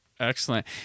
Excellent